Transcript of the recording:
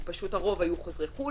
פשוט הרוב היו חוזרי חו"ל